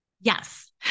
Yes